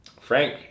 Frank